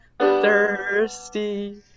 thirsty